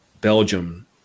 Belgium